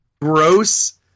gross